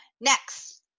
Next